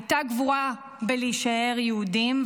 הייתה גבורה בלהישאר יהודים,